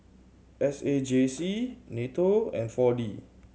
S A J C NATO and Four D